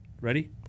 Ready